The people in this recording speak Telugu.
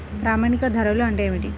ప్రామాణిక ధరలు అంటే ఏమిటీ?